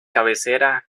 cabecera